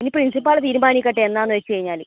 ഇനി പ്രിൻസിപ്പാൽ തീരുമാനിക്കട്ടെ എന്താന്ന് വെച്ച് കഴിഞ്ഞാൽ